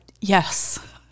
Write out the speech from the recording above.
yes